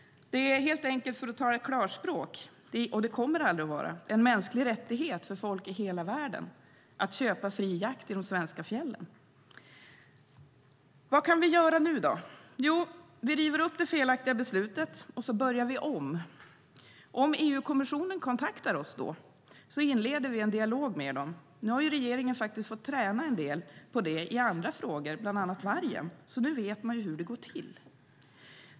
För att tala klarspråk: Det är helt enkelt inte, och det kommer aldrig att vara, en mänsklig rättighet för folk i hela världen att köpa fri jakt i de svenska fjällen. Vad kan vi göra nu, då? Jo, vi river upp det felaktiga beslutet och börjar om. Om EU-kommissionen då kontaktar oss inleder vi en dialog med dem. Nu har regeringen fått träna en del på det i andra frågor, bland annat den om vargen, så nu vet man hur det går till.